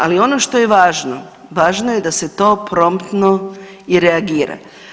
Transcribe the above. Ali ono što je važno, važno je da se to promptno i reagira.